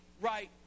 right